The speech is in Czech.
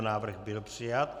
Návrh byl přijat.